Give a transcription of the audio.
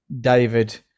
David